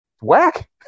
Whack